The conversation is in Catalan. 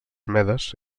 medes